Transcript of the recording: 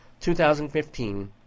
2015